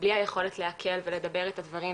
בלי היכולת לעכל ולדבר את הדברים,